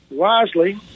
Wisely